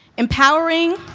empowering